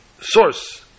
source